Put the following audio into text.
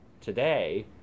today